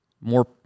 more